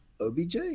OBJ